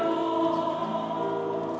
oh no